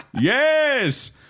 Yes